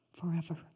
forever